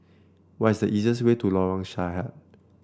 what is the easiest way to Lorong Sahad